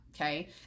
okay